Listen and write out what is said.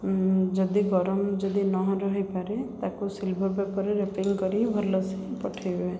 ଯଦି ଗରମ ଯଦି ନହ ରହିପାରେ ତାକୁ ସିଲଭର ପେପରରେ ରାପିଂ କରି ଭଲସେ ପଠେଇବେ